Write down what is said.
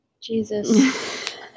Jesus